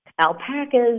alpacas